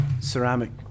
ceramic